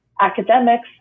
academics